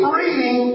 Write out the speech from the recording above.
reading